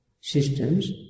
systems